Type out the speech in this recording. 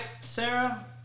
Sarah